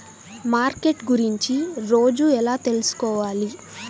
Market గురించి రోజు ఎలా తెలుసుకోవాలి?